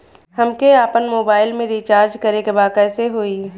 हमके आपन मोबाइल मे रिचार्ज करे के बा कैसे होई?